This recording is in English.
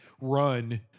run